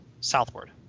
southward